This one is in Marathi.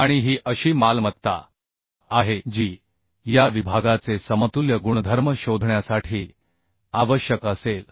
आणि ही अशी मालमत्ता आहे जी या विभागाचे समतुल्य गुणधर्म शोधण्यासाठी आवश्यक असेल